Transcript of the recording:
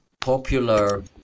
popular